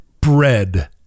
bread